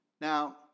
Now